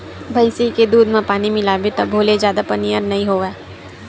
भइसी के दूद म पानी मिलाबे तभो ले जादा पनियर नइ होवय